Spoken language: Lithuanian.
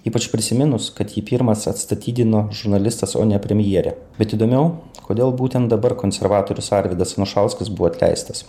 ypač prisiminus kad jį pirmas atstatydino žurnalistas o ne premjerė bet įdomiau kodėl būtent dabar konservatorius arvydas anušauskas buvo atleistas